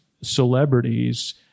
celebrities